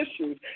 issues